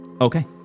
Okay